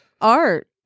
art